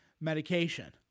medication